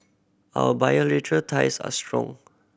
our bilateral ties are strong